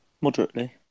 moderately